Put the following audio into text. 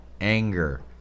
anger